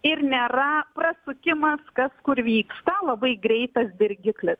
ir nėra prasukimas kas kur vyksta labai greitas dirgiklis